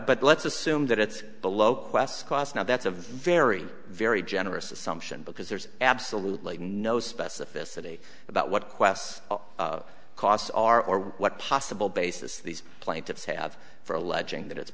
but let's assume that it's below quest cost now that's a very very generous assumption because there's absolutely no specificity about what ques costs are or what possible basis these plaintiffs have for alleging that it's